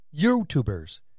YouTubers